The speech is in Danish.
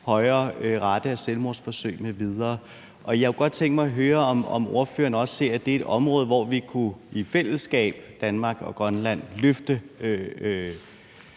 højere rate af selvmordsforsøg m.v. Jeg kunne godt tænke mig at høre, om ordføreren også ser, at det er et område, hvor vi i fællesskab, Danmark og Grønland, kunne